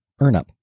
EarnUp